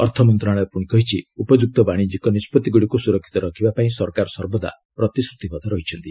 ଅର୍ଥମନ୍ତ୍ରଣାଳୟ କହିଛି ଉପଯୁକ୍ତ ବାଶିଜ୍ୟିକ ନିଷ୍କଭିଗୁଡ଼ିକୁ ସୁରକ୍ଷିତ ରଖିବା ପାଇଁ ସରକାର ସର୍ବଦା ପ୍ରତିଶ୍ରତିବଦ୍ଧ ରହିଛନ୍ତି